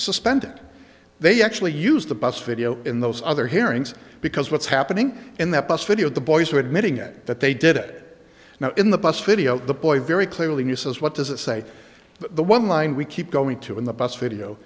suspend they actually use the bus video in those other hearings because what's happening in that bus video the boys are admitting it that they did it now in the bus video the boy very clearly uses what does it say the one line we keep going to in the bus video